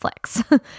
Netflix